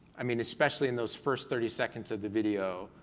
i mean, especially in those first thirty seconds of the video,